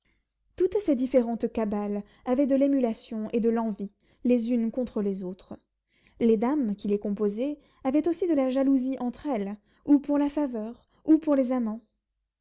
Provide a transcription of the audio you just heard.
toutes ces différentes cabales avaient de l'émulation et de l'envie les unes contre les autres les dames qui les composaient avaient aussi de la jalousie entre elles ou pour la faveur ou pour les amants